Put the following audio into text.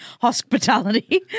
hospitality